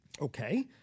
Okay